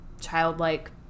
childlike